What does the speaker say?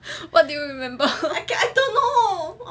what do you remember